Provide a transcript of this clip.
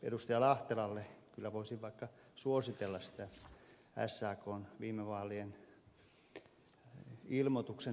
lahtelalle kyllä voisin vaikka suositella sitä sakn viime vaalien ilmoituksen lainaamista